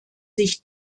sich